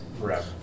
forever